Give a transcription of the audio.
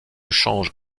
change